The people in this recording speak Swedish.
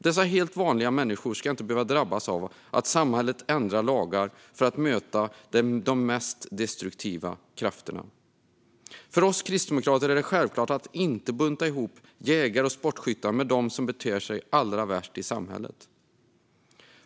Dessa helt vanliga människor ska inte behöva drabbas av att samhället ändrar lagar för att möta de mest destruktiva krafterna. För oss kristdemokrater är det självklart att inte bunta ihop jägare och sportskyttar med dem som beter sig allra värst i samhället.